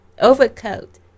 Overcoat